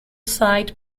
site